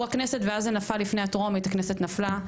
הכנסת ואז זה נפל לפני הטרומית כשהכנסת נפלה,